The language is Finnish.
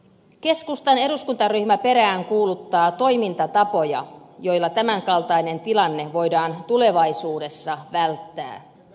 keskustan eduskuntaryhmä peräänkuuluttaa toimintatapoja joilla tämän kaltainen tilanne voidaan tulevaisuudessa välttää